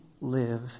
live